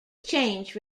change